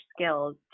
skills